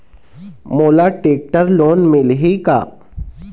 मोला tractor loan मिलही का?